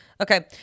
Okay